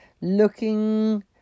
looking